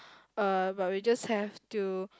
uh but we just have to